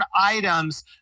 items